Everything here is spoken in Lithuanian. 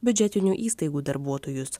biudžetinių įstaigų darbuotojus